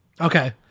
Okay